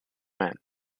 men